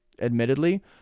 admittedly